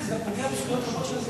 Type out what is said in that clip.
זה פוגע בזכויות רבות של האזרחים.